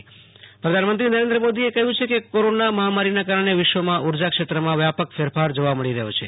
પ્રધાનમંત્રીઃપીડીપીયુઃ પ્રધાનમંત્રી નુરેન્દ્ર મોદીએ કહ્યું છે કે કૌરોના મહામારીના કારણે વિશ્વમાં ઉર્જા ક્ષેત્રમાં વ્યાપક ફેરફાર જોવા મળી રેહ્યો છે